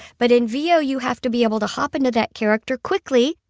but in vo, you have to be able to hop into that character quickly,